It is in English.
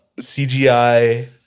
CGI